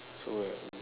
so right